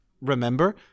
remember